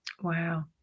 wow